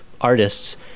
artists